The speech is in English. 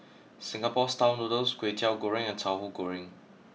Singapore Style Noodles Kwetiau Goreng and Tahu Goreng